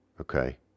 okay